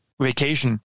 vacation